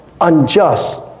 unjust